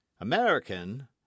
American